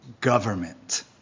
government